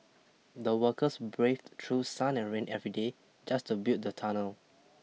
the workers braved through sun and rain every day just to build the tunnel